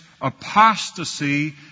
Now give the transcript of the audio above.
apostasy